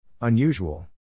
Unusual